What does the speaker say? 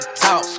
talk